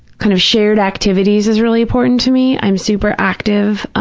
kind of shared activities is really important to me. i'm super active